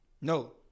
No